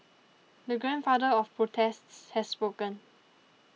the Grandfather of protests has spoken